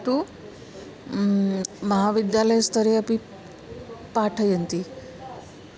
तु महाविद्यालयस्तरे अपि पाठयन्ति